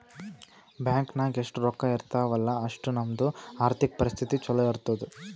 bank ನಾಗ್ ಎಷ್ಟ ರೊಕ್ಕಾ ಇರ್ತಾವ ಅಲ್ಲಾ ಅಷ್ಟು ನಮ್ದು ಆರ್ಥಿಕ್ ಪರಿಸ್ಥಿತಿ ಛಲೋ ಇರ್ತುದ್